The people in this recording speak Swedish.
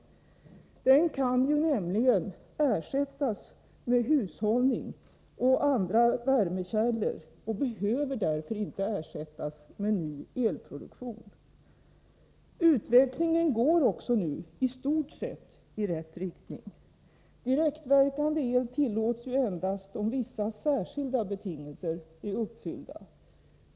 Elen kan nämligen ersättas med hushållning eller med andra värmekällor och behöver därför inte ersättas med ny elproduktion. Utvecklingen går också nu i stort sett i rätt riktning. Direktverkande el tillåts ju endast om vissa särskilda betingelser är uppfyllda.